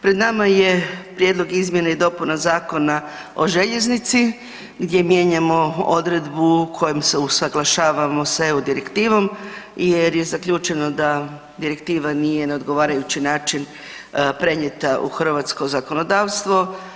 Pred nam je Prijedlog izmjene i dopuna Zakona o željeznici gdje mijenjamo odredbu kojom se usuglašavamo sa EU direktivom jer je zaključeno da direktiva nije na odgovarajući način prenijete u hrvatsko zakonodavstvo.